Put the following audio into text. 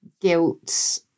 guilt